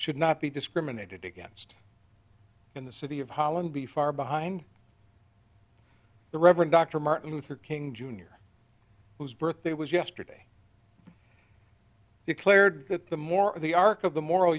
should not be discriminated against in the city of holland be far behind the reverend dr martin luther king jr whose birthday was yesterday declared that the more of the arc of the moral